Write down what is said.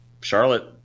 Charlotte